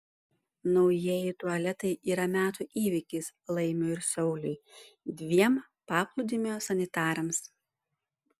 naujieji tualetai yra metų įvykis laimiui ir sauliui dviem paplūdimio sanitarams